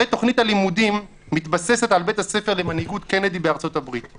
הרי תכנית הלימודים מתבססת על בית-הספר למנהיגות "קנדי" בארצות הברית.